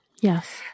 Yes